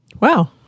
Wow